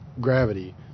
Gravity